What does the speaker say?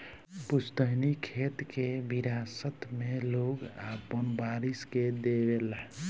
पुस्तैनी खेत के विरासत मे लोग आपन वारिस के देवे ला